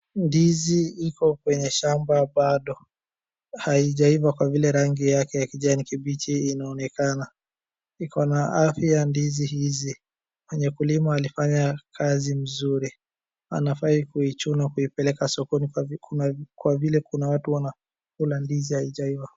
Ndizi iko kwenye shamba bado. haijaiva kwa vile rangi yake ya kijani kimbichi inaonekana. Iko na afya ndizi hizi, wenye kulima walifanya kazi nzuri. Wanafaa kuichuna kuipeleka sokoni kwa vile kuna watu wanakula ndizi haijaiva.